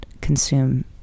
consume